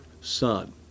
son